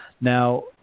Now